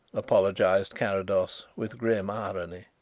apologized carrados, with grim irony.